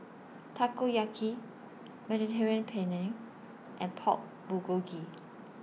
Takoyaki Mediterranean Penne and Pork Bulgogi